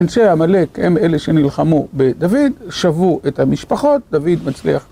אנשי העמלק הם אלה שנלחמו בדוד, שבו את המשפחות, דוד מצליח ...